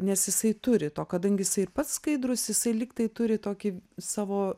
nes jisai turi to kadangi jisai ir pats skaidrus jisai lygtai turi tokį savo